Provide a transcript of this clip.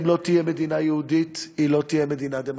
אם לא תהיה מדינה יהודית היא לא תהיה מדינה דמוקרטית,